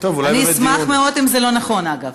אולי באמת, אשמח מאוד אם זה לא נכון, אגב.